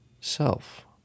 self